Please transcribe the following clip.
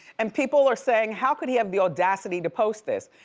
and people are saying, how could he have the audacity to post this?